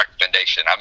recommendation